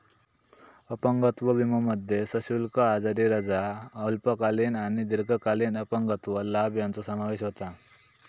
अपंगत्व विमोमध्ये सशुल्क आजारी रजा, अल्पकालीन आणि दीर्घकालीन अपंगत्व लाभ यांचो समावेश होता